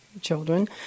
children